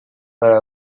para